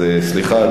אז סליחה,